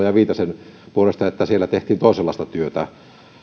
ja viitasen puolesta että siellä tehtiin toisenlaista työtä